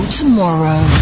tomorrow